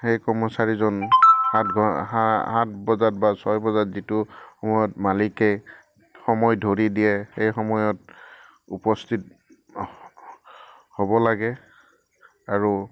সেই কৰ্মচাৰীজন সাত সাত বজাত বা ছয় বজাত যিটো সময়ত মালিকে সময় ধৰি দিয়ে সেই সময়ত উপস্থিত হ'ব লাগে আৰু